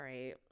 right